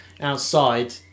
outside